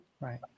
Right